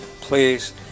Please